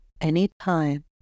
anytime